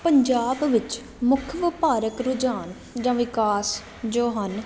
ਪੰਜਾਬ ਵਿੱਚ ਮੁੱਖ ਵਪਾਰਕ ਰੁਝਾਨ ਜਾਂ ਵਿਕਾਸ ਜੋ ਹਨ